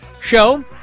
show